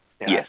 Yes